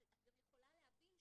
את גם יכולה להבין,